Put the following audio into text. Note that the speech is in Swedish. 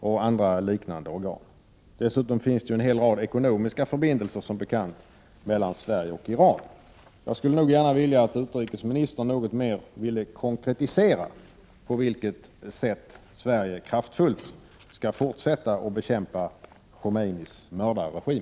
Dessutom finns som bekant en hel rad ekonomiska förbindelser mellan Sverige och Iran. Jag skulle nog gärna vilja att utrikesministern något mer konkretiserade på vilket sätt Sverige kraftfullt skall fortsätta att bekämpa Khomeinis mördarregim.